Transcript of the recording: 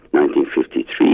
1953